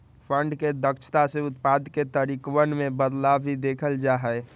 fund के दक्षता से उत्पाद के तरीकवन में बदलाव भी देखल जा हई